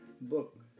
book